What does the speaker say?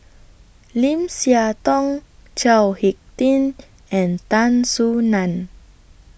Lim Siah Tong Chao Hick Tin and Tan Soo NAN